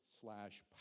slash